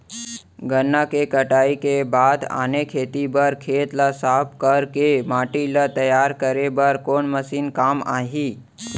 गन्ना के कटाई के बाद आने खेती बर खेत ला साफ कर के माटी ला तैयार करे बर कोन मशीन काम आही?